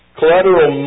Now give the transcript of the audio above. collateral